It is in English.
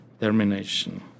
termination